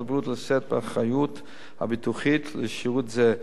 הבריאות לשאת באחריות הביטוחית לשירות זה,